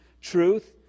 Truth